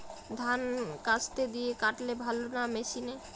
ধান কাস্তে দিয়ে কাটলে ভালো না মেশিনে?